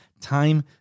time